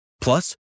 Plus